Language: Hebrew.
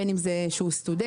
בין אם זה כשהוא סטודנט,